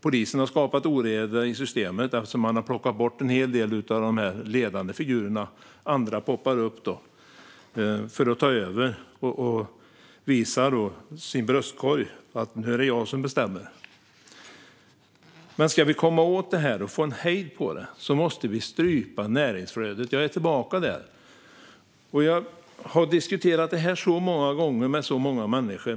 Polisen har skapat oreda i systemet, eftersom man har plockat bort en hel del av de ledande figurerna. Då poppar andra upp för att ta över och bröstar sig för att visa att det nu är de som bestämmer. Men om vi ska komma åt detta och hejda det måste vi strypa näringsflödet. Jag är tillbaka där. Jag har diskuterat detta så många gånger med så många människor.